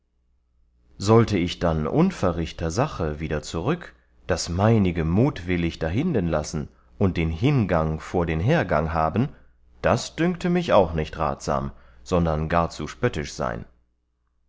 sollte ich dann unverrichter sache wieder zurück das meinige mutwillig dahinden lassen und den hingang vor den hergang haben das dünkte mich auch nicht ratsam sondern gar zu spöttisch sein